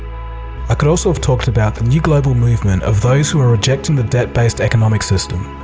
i could also have talked about the new global movement of those who are rejecting the debt based economic system.